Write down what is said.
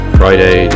friday